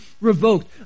revoked